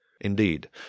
Indeed